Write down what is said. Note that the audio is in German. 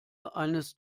eines